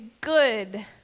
good